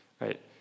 right